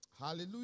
Hallelujah